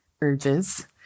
urges